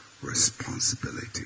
responsibility